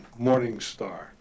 Morningstar